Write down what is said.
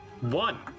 one